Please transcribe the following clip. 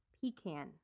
pecan